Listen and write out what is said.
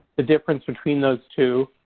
the difference between those two